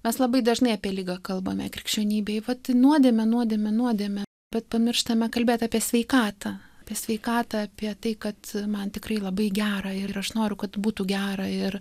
mes labai dažnai apie ligą kalbame krikščionybėj vat nuodėmė nuodėmė nuodėmė bet pamirštame kalbėt apie sveikatą apie sveikatą apie tai kad man tikrai labai gera ir aš noriu kad būtų gera ir